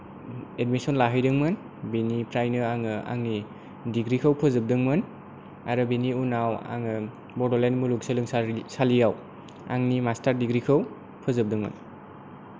admission लाहैदोंमोन बेनिफ्रायनो आङो आंनि डिग्रि खौ फोजोबदोंमोन आरो बेनि उनाव आङो बड'लेन्ड मुलुगसोलोंसालियाव आंनि मास्टार डिग्रि खौ फोजोबदोंमोन